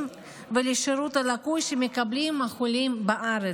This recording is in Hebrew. ולשירות הלקוי שמקבלים החולים בארץ.